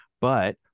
But-